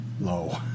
low